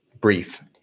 brief